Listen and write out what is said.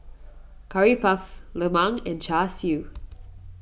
Curry Puff Lemang and Char Siu